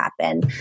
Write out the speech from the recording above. happen